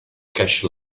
cache